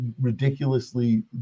ridiculously